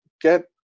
get